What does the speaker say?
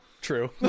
True